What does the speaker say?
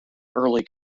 early